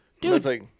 Dude